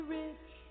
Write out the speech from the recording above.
rich